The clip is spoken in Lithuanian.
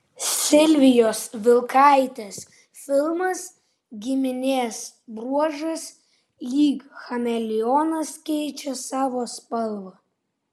silvijos vilkaitės filmas giminės bruožas lyg chameleonas keičia savo spalvą